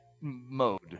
mode